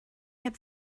heb